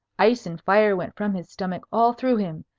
ice and fire went from his stomach all through him,